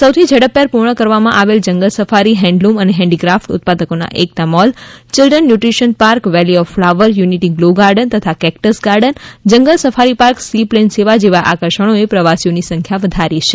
સૌથી ઝડપભેર પૂર્ણ કરવામાં આવેલ જંગલ સફારી હેન્ડલુમ અને હેન્ડીક્રાફટ ઉત્પાદનોના Ekta mall children nutrition park valley of flower unity glow garden તથા cactus garden jungle safari park seaplane સેવા જેવા નવા આકર્ષણોએ પ્રવાસીઓ ની સંખ્યા વધારી છે